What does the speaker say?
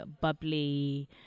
bubbly